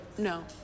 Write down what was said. no